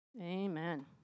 Amen